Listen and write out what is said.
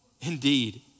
Indeed